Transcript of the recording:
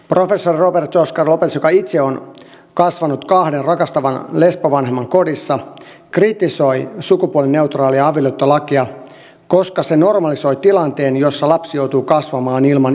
professori robert oscar lopez joka on itse kasvanut kahden rakastavan lesbovanhemman kodissa kritisoi sukupuolineutraalia avioliittolakia koska se normalisoi tilanteen jossa lapsi joutuu kasvamaan ilman isää ja äitiä